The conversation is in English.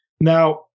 Now